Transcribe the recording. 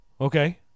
Okay